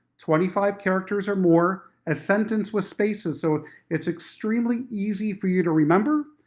twenty five characters or more, a sentence with spaces. so it's extremely easy for you to remember,